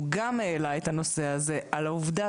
הוא גם העלה את הנושא שבדרום,